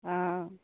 हँ